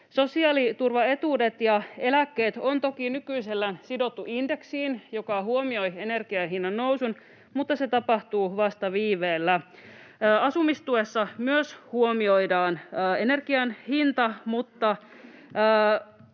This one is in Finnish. Sosiaaliturva-etuudet ja eläkkeet ovat toki nykyisellään sidottu indeksiin, joka huomioi energian hinnannousun, mutta se tapahtuu vasta viiveellä. Asumistuessa myös huomioidaan energian hinta, mutta